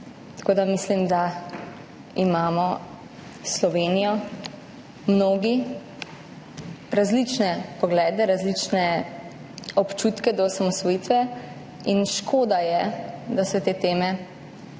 Tako da mislim, da imamo v zvezi s Slovenijo mnogi različne poglede, različne občutke do osamosvojitve, in škoda je, da se s temi